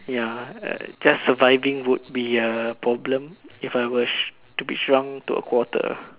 ya just surviving would be a problem if I was to be shrunk to a quarter